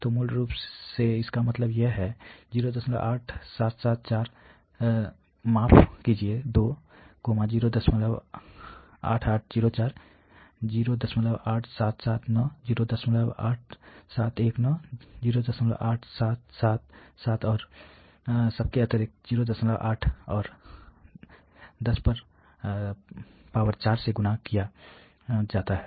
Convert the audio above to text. तो मूल रूप से इसका मतलब है 08774 माफ कीजिए 2 08804 08779 08719 08777 और सबके अतिरिक्त 0800 और 104 से गुणा किया जाता है